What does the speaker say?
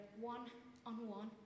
one-on-one